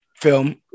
film